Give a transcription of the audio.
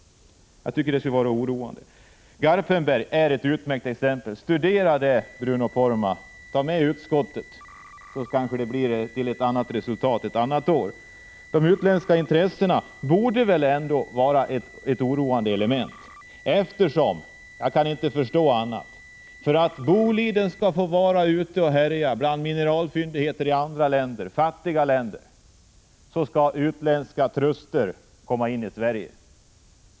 Jag tycker att det borde oroa Bruno Poromaa. Garpenberg är ett utmärkt exempel. Studera det, Bruno Poromaa! Tag också med utskottet, så kanske det blir ett annat resultat ett annat år! De utländska intressena borde väl vara ett oroande element. För att Boliden skall få härja bland mineralfyndigheterna i andra länder, i fattiga länder, skall utländska truster komma in i Sverige.